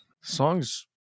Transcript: songs